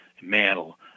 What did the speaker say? Mantle